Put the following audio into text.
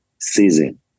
season